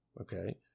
okay